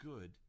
good